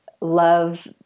love